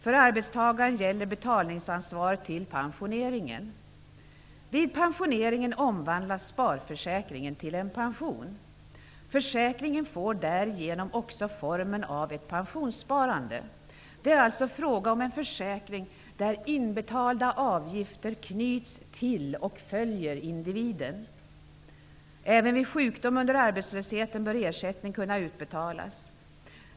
För arbetstagaren gäller betalningsansvaret till pensioneringen. Vid pensioneringen omvandlas sparförsäkringen till en pension. Försäkringen får därigenom också formen av ett pensionssparande. Det är alltså fråga om en försäkring där inbetalda avgifter knyts till och följer individen. Även vid sjukdom under arbetslösheten bör ersättning kunna utbetalas.